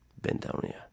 Bentonia